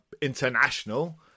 international